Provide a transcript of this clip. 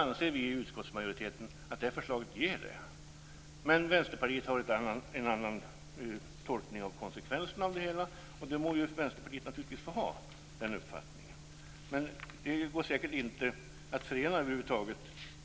Vi i utskottsmajoriteten anser att förslaget ger den möjligheten. Vänsterpartiet har en annan tolkning av konsekvenserna, och det är en uppfattning som Vänsterpartiet naturligtvis må få ha.